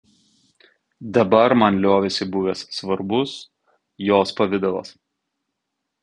dabar man liovėsi buvęs svarbus jos pavidalas